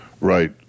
right